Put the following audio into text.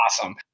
awesome